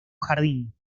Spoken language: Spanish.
jardín